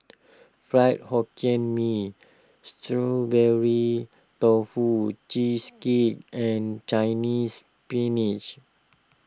Fried Hokkien Mee Strawberry Tofu Cheesecake and Chinese Spinach